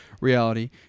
reality